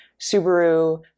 Subaru